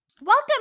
Welcome